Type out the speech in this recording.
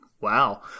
Wow